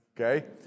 Okay